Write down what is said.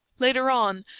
later on,